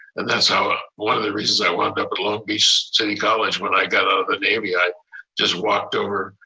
and that's how ah one of the reasons i wound up at long beach city college when i got out of the navy, i just walked over,